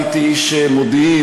הייתי איש מודיעין.